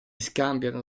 scambiano